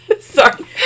sorry